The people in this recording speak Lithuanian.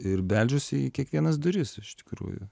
ir beldžiausi į kiekvienas duris aš iš tikrųjų